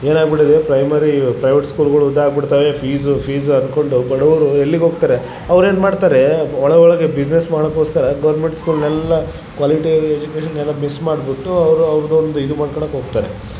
ಏನಾಗ್ಬಿಟ್ಟಿದೆ primary private ಸ್ಕೂಲ್ಗಳು ಉದಾಗ್ ಬಿಡ್ತವೆ ಫೀಸು ಫೀಸು ಅನ್ಕೊಂಡು ಅವು ಬಡವರು ಎಲ್ಲಿಗೆ ಹೋಗ್ತಾರೆ ಅವ್ರೆನು ಮಾಡ್ತಾರೆ ಒಳಗೊಳಗೆ ಬಿಸ್ನೆಸ್ ಮಾಡೋಕೋಸ್ಕರ ಗೋರ್ಮೆಂಟ್ ಸ್ಕೂಲ್ನೆಲ್ಲ ಕ್ವಾಲಿಟಿ ಎಜುಕೇಷನೆಲ್ಲ ಮಿಸ್ ಮಾಡಿಬಿಟ್ಟು ಅವರು ಅವರ್ದೊಂದು ಇದು ಮಾಡ್ಕೊಳೋಕ್ ಹೋಗ್ತಾರೆ